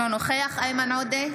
נגד איימן עודה,